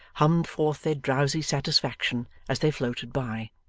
hummed forth their drowsy satisfaction as they floated by.